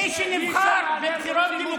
אתה מוקצה.